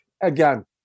again